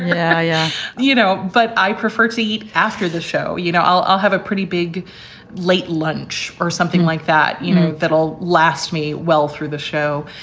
yeah yeah you know, but i prefer to eat after the show. you know, i'll i'll have a pretty big late lunch or something like that. you know, that'll last me well through the show.